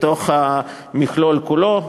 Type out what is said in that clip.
בתוך המכלול כולו.